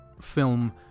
film